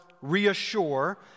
reassure